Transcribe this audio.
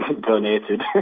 donated